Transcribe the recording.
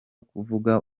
kuvuga